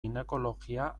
ginekologia